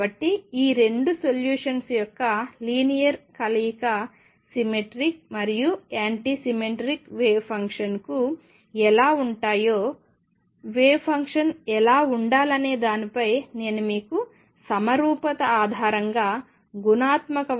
కాబట్టి ఈ రెండు సొల్యూషన్స్ యొక్క లీనియర్ కళయిక సిమెట్రిక్ మరియు యాంటీ సిమెట్రిక్ వేవ్ ఫంక్షన్కు ఎలా ఉంటాయో వేవ్ ఫంక్షన్ ఎలా ఉండాలనే దానిపై నేను మీకు సమరూపత ఆధారంగా గుణాత్మక వాదనను ఇస్తాను